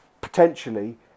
potentially